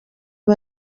ubu